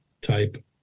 type